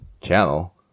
channel